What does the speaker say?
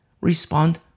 respond